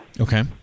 Okay